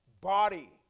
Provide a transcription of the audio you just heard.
body